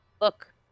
Look